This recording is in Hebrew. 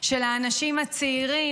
של האנשים הצעירים,